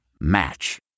Match